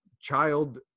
child